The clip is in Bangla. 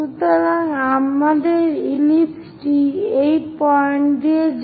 সুতরাং আমাদের ইলিপস টি এই পয়েন্ট দিয়ে যাবে